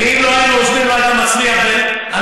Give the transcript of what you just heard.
ואם לא היינו עוזרים, לא היית מצליח, ו-?